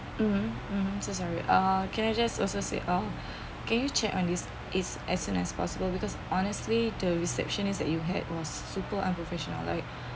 mm mm so sorry uh can I just also said uh can you check on this is as soon as possible because honestly the reception is that you had was super unprofessional like